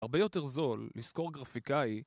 הרבה יותר זול לשכור גרפיקאי